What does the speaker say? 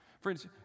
Friends